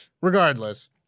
Regardless